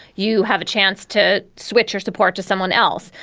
you have a chance to switch your support to someone else.